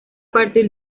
partir